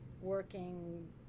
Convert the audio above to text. working